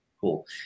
Cool